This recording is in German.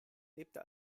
lebte